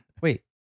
Wait